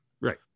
Right